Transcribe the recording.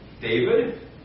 David